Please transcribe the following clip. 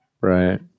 Right